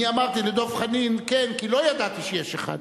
אני אמרתי לדב חנין "כן" כי לא ידעתי שיש אחד.